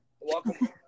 welcome